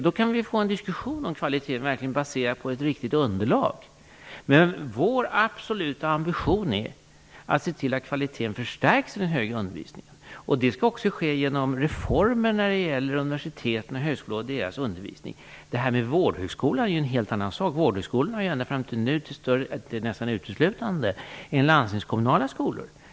Då kan vi få en diskussion om kvaliteten baserad på ett riktigt underlag. Vår absoluta ambition är att se till att kvaliteten i den högre undervisningen förstärks. Det skall ske genom reformer gällande universitetens och högskolornas undervisning. Vårdhögskolan är en helt annan sak. Vårdhögskolorna har ju ända fram tills nu nästan uteslutande varit landstingskommunala skolor.